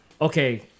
Okay